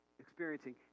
experiencing